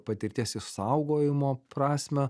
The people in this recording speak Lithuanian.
patirties išsaugojimo prasmę